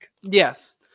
Yes